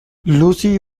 lucy